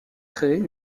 créer